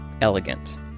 elegant